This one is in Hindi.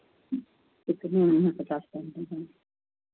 कितने में है पचास